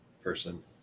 person